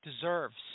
deserves